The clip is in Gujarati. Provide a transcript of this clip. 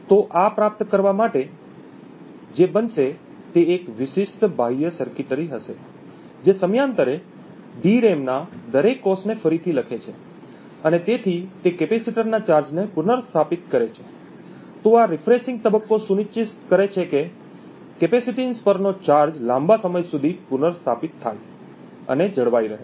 તો આ પ્રાપ્ત કરવા માટે જે બનશે તે એક વિશિષ્ટ બાહ્ય સર્કિટરી હશે જે સમયાંતરે ડીરેમ ના દરેક કોષને ફરીથી લખે છે અને તેથી તે કેપેસિટરના ચાર્જને પુનર્સ્થાપિત કરે છે તો આ રિફ્રેશિંગ તબક્કો સુનિશ્ચિત કરે છે કે કેપેસિટીન્સ પરનો ચાર્જ લાંબા સમય સુધી પુનર્સ્થાપિત થાય અને જળવાઈ રહે